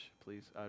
please